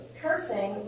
cursing